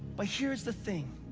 but here's the thing.